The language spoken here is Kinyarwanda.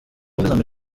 ubumwe